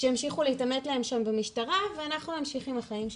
שימשיכו להתעמת להם שם במשטרה ואנחנו ממשיכים בחיים שלנו,